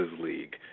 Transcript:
league